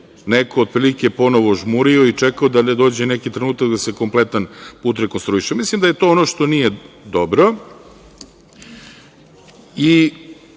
neko otprilike ponovo žmurio i čekao da ne dođe neki trenutak da se kompletan put rekonstruiše. Mislim da je to ono što nije dobro